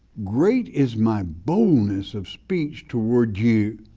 great is my boldness of speech toward you,